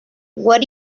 what